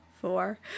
four